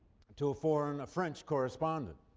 to a foreign a french correspondent.